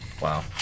Wow